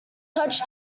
touch